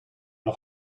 nog